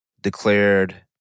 declared